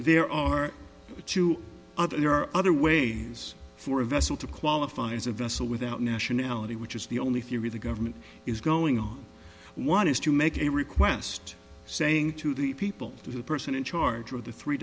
there are two other there are other ways for a vessel to qualify as a vessel without nationality which is the only theory the government is going on one is to make a request saying to the people to the person in charge of the three